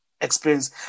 experience